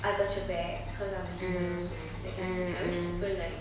I got your back cause I'm a human also I wish people like